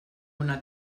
una